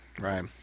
right